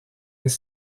les